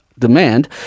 demand